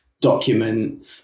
document